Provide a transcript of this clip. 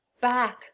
back